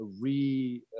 re